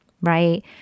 Right